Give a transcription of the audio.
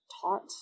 taught